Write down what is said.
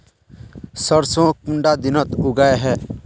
सरसों कुंडा दिनोत उगैहे?